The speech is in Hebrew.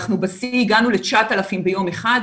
אנחנו בשיא הגענו ל-9,000 ביום אחד,